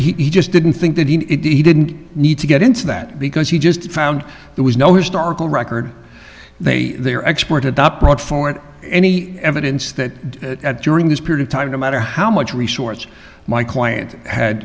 that he just didn't think that he didn't need to get into that because he just found there was no historical record they their expert adopt brought forward any evidence that during this period of time no matter how much resource my client had